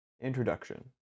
Introduction